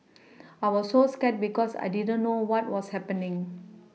I was so scared because I didn't know what was happening